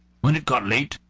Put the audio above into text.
when it got late,